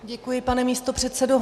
Děkuji, pane místopředsedo.